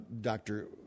Dr